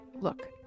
look